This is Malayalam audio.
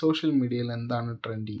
സോഷ്യൽ മീഡിയയിൽ എന്താണ് ട്രെൻഡിംഗ്